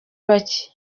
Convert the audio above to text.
bake